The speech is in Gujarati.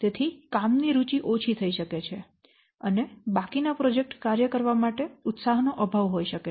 તેથી કામની રુચિ ઓછી થઇ શકે છે અને બાકીના પ્રોજેક્ટ કાર્ય કરવા માટે ઉત્સાહ નો અભાવ હોઈ શકે છે